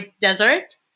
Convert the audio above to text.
desert